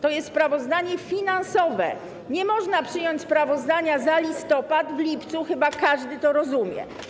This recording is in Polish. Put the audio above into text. To jest sprawozdanie finansowe - nie można przyjąć sprawozdania za listopad w lipcu, chyba każdy to rozumie.